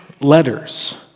letters